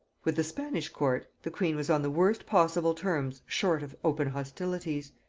with the spanish court the queen was on the worst possible terms short of open hostilities.